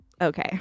okay